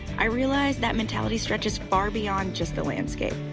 i realize that mentality stretches far beyond just the landscape.